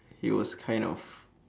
he was a kind of